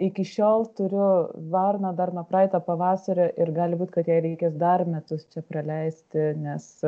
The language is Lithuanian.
iki šiol turiu varną dar nuo praeito pavasario ir gali būt kad jai reikės dar metus čia praleisti nes